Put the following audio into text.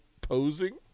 posing